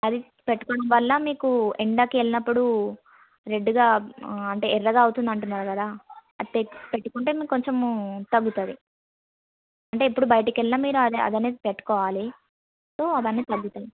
అది పెట్టుకోవటం వల్ల మీకు ఎండకి వెళ్ళినప్పుడు రెడ్గా అంటే ఎర్రగా అవుతుంది అంటున్నారు కదా అది పెట్ పెట్టుకుంటే మీకు కొంచెము తగ్గుతుంది అంటే ఎప్పుడు బయటికెళ్ళినా మీరు అది అదనేది పెట్టుకోవాలి సో అవన్నీ తగ్గుతాయి